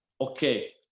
Okay